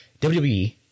WWE